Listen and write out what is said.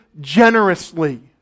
generously